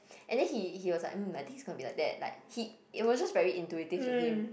and then he he was like mm I think it gonna to be like that like he it was just very intuitive to him